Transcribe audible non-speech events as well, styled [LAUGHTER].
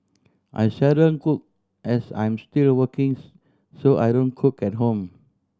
I seldom cook as I'm still working [UNINTELLIGIBLE] so I don't cook at home